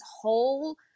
whole